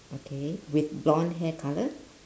okay with blonde hair colour